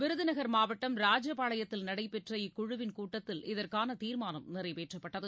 விருதுநகர் மாவட்டம் ராஜபாளையத்தில் நடைபெற்ற இக்குழுவின் கூட்டத்தில் இதற்கான தீர்மானம் நிறைவேற்றப்பட்டது